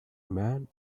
man